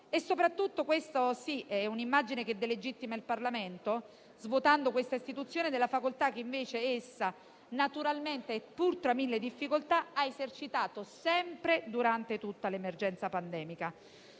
Soprattutto, questa immagine delegittima il Parlamento, svuotando questa istituzione della facoltà che, invece, essa naturalmente, pur tra mille difficoltà, ha esercitato sempre durante tutta l'emergenza pandemica.